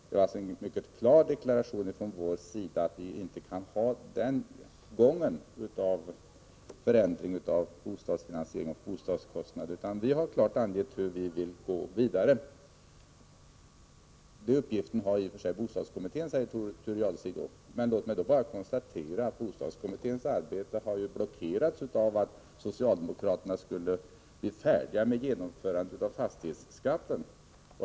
Det var alltså en mycket klar deklaration från min sida att vi i centern inte kan acceptera den förändring av bostadsfinansieringen och bostadskostnaderna som moderaterna föreslår. Vi har klart angett hur vi vill gå vidare. Detta är i och för sig en uppgift för bostadskommittén, sade Thure Jadestig. Men låt mig då bara konstatera att bostadskommitténs arbete ju har blockerats av att socialdemokraterna skulle bli färdiga med genomförandet av fastighetsskatten.